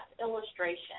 illustration